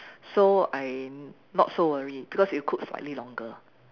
so I not so worry because it will cook slightly longer